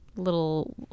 little